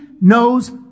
knows